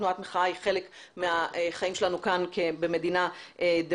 תנועת מחאה היא חלק מהחיים שלנו כאן במדינה דמוקרטית.